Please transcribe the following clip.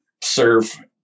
serve